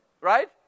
Right